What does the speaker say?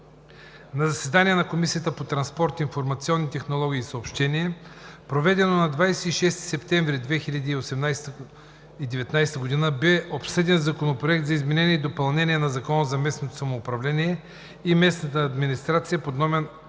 На заседание на Комисията по транспорт, информационни технологии и съобщения, проведено на 26 септември 2018 г., бе обсъден Законопроект за изменение и допълнение на Закона за местното самоуправление и местната администрация, №